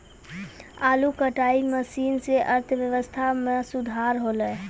आलू कटाई मसीन सें अर्थव्यवस्था म सुधार हौलय